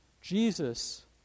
Jesus